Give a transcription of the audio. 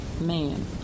man